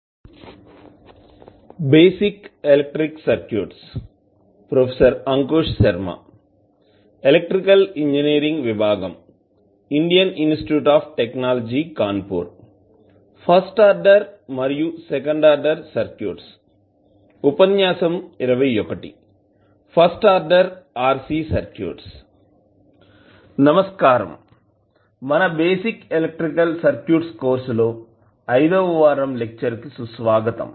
నమస్కారం మన basic electrical circuits course లో ఐదవ వారం లెక్చర్ కి సుస్వాగతం